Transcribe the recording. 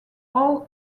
all